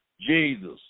Jesus